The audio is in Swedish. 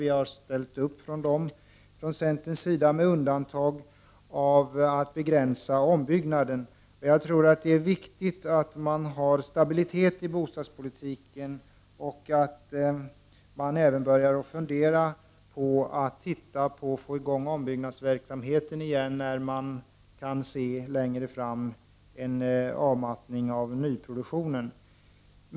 Vi har från centerns sida ställt upp bakom dessa utom när det gäller att begränsa ombyggnader. Det är viktigt att det finns en stabilitet i bostadspolitiken och att man försöker att få i gång ombyggnadsverksamheten på nytt när man längre fram i tiden ser en avmattning av nyproduktionen.